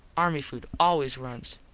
army food always runs.